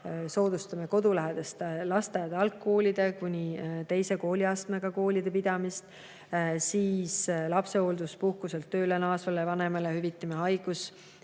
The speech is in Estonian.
soodustame kodulähedase lasteaia, algkooli ja kuni teise kooliastmega koolide pidamist. Lapsehoolduspuhkuselt tööle naasvale vanemale hüvitame haigus‑